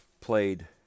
played